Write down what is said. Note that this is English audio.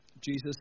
Jesus